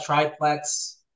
triplex